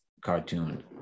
cartoon